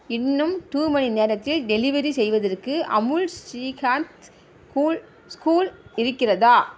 இன்னும் டூ மணி நேரத்தில் டெலிவரி செய்வதிற்கு அமுல் ஸ்ரீகந்த் கூல் ஸ்கூல் இருக்கிறதா